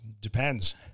Depends